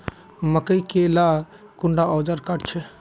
मकई के ला कुंडा ओजार काट छै?